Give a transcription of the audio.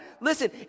Listen